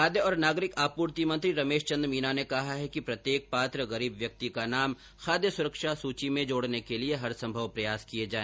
खाद्य और नागरिक आपूर्ति मंत्री रमेश चंद मीना ने कहा है कि प्रत्येक पात्र गरीब व्यक्ति का नाम खाद्य सुरक्षा सुषी में जोडने के लिए हर संभव प्रयास किये जाए